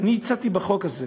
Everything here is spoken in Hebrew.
אני הצעתי בחוק הזה